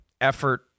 effort